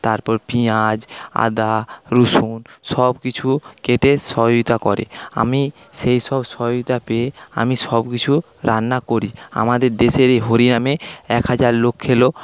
তারপর পেঁয়াজ আদা রসুন সবকিছু কেটে সহযোগিতা করে আমি সেইসব সহযোগিতা পেয়ে আমি সবকিছু রান্না করি আমাদের দেশের এই হরিনামে এক হাজার লোক খেলো